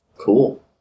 Cool